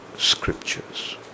scriptures